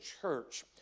church